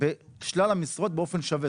בשלל המשרות באופן שווה.